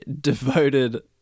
devoted